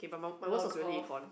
log off